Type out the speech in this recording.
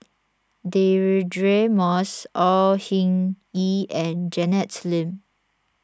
Deirdre Moss Au Hing Yee and Janet Lim